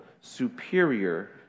superior